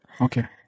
Okay